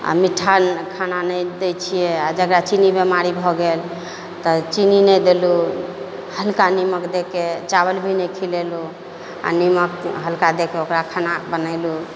आ मीठा खाना नहि दै छियै आ जकरा चीनीके बीमारी भऽ गेल तऽ चीनी नहि देलहुँ हल्का नमक दऽ के चावल भी नहि खिलेलहुँ आ नमक हल्का दऽ के ओकरा खाना बनेलहुँ